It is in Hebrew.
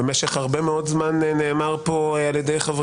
כל הגברים של השמאל